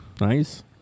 nice